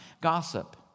Gossip